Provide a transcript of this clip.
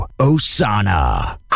Osana